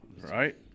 Right